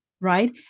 right